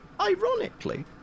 ironically